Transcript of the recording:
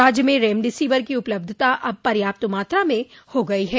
राज्य में रेमडेसिविर की उपलब्धता अब पर्याप्त मात्रा में हो गई है